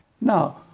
Now